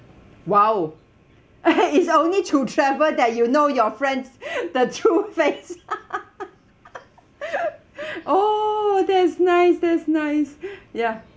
!wow! it's only through travel that you know your friends the true face oo that's nice that's nice ya